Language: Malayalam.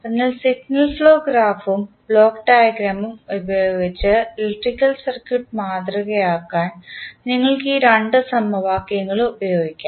അതിനാൽ സിഗ്നൽ ഫ്ലോ ഗ്രാഫും ബ്ലോക്ക് ഡയഗ്രാമും ഉപയോഗിച്ച് ഇലക്ട്രിക്കൽ സർക്യൂട്ട് മാതൃകയാക്കാൻ നിങ്ങൾ ഈ രണ്ട് സമവാക്യങ്ങളും ഉപയോഗിക്കും